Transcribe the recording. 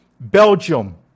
Belgium